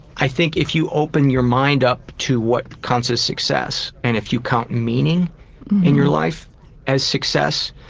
i think if you open your mind up to what counts as success, and if you count meaning in your life as success,